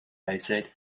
eyesight